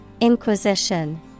Inquisition